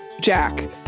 Jack